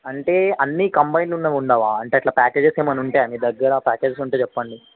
అంటే అన్నీ కంబైన్డ్ ఉన్నవి ఉండవా అంటే అట్లా ప్యాకేజెస్ ఏమైనా ఉంటాయా మీ దగ్గర ప్యాకేజెస్ ఉంటే చెప్పండి